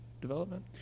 development